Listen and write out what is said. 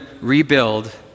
rebuild